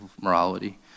morality